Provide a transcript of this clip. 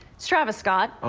travis scott.